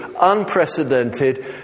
unprecedented